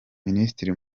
minisitiri